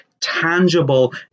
tangible